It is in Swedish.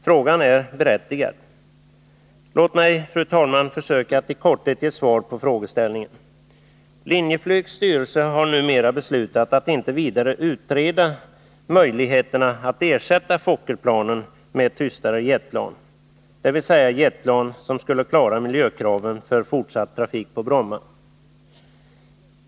Frågan är berättigad, och låt mig, fru talman, försöka att i korthet ge svar på den: Linjeflygs styrelse har numera beslutat att inte vidare utreda möjligheterna att ersätta Fokkerplanen med tystare jetplan, dvs. jetplan som skulle klara miljökraven för fortsatt trafik på Bromma.